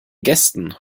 gästen